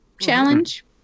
challenge